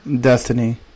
Destiny